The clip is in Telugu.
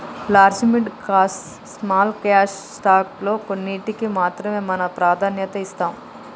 large mid cap small cap stock లో కొన్నింటికీ మాత్రమే మనం ప్రాధాన్యత ఇస్తాం